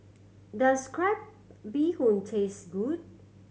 does crab bee hoon taste good